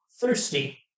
thirsty